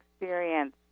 experience